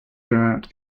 throughout